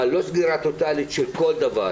אבל לא שבירה טוטלית של כל דבר.